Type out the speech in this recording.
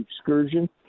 excursion